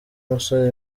umusore